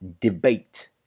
debate